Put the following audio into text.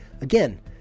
Again